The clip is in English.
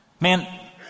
Man